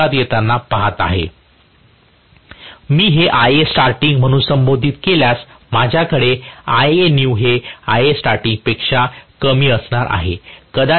हे मी Ia starting म्हणून संबोधित केल्यास माझ्याकडे Ia new हे Ia starting पेक्षा कमी असणार आहे